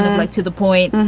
like to the point. and